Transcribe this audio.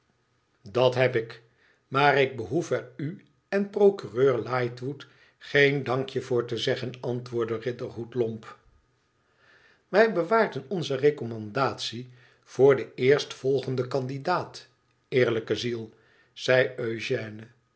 dat heb ik maar ik behoef er u en procureur lightwood geen dank-je voor te zeggen antwoordde riderhood lomp wij bewaarden onze recommandatie voor den eerstvolgenden candidaat eerlijke ziel zei